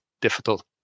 difficult